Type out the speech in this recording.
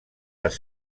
les